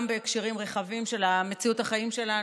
גם בהקשרים רחבים של מציאות החיים שלנו,